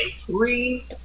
three